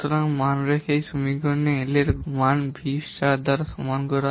সুতরাং মান রেখে এই সমীকরণে L এর মান V স্টার দ্বারা সমান করা